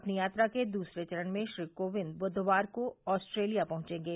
अपनी यात्रा के दूसरे चरण में श्री कोविंद बुधवार को ऑस्ट्रेलिया पहुंचेंगे